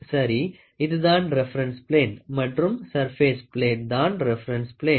சரி இதுதான் reference plane மற்றும் சர்பேஸ் பிளேட் தான் ரெபென்ஸ் பிலேன்